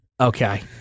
okay